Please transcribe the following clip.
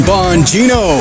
Bongino